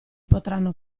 potranno